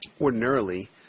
Ordinarily